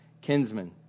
kinsmen